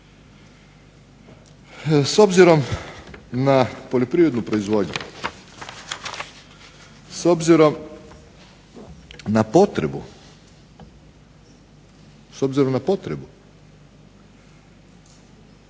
S obzirom na poljoprivrednu proizvodnju, s obzirom na potrebu naglašavamo